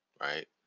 Right